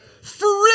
Free